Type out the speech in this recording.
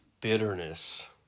bitterness